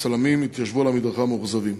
הצלמים התיישבו על המדרכה מאוכזבים.